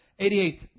88